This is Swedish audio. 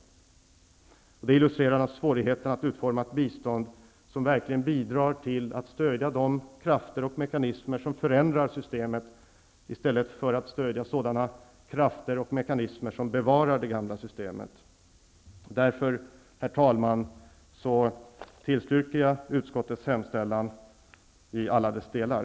Det illustrerar naturligtvis svårigheterna att utforma ett bistånd som verkligen bidrar till att stödja de krafter och mekanismer som förändrar systemet, i stället för att stödja sådana krafter och mekanismer som bevarar det gamla systemet. Därför, herr talman, tillstyrker jag utskottets hemställan i alla dess delar.